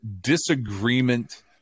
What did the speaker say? disagreement